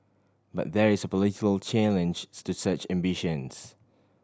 but there is a political challenge to such ambitions